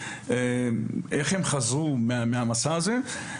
ראיתי איך הם חזרו מהמסע הזה.